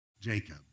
Jacob